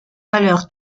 valeur